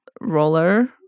Roller